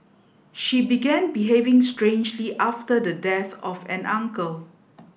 she began behaving strangely after the death of an uncle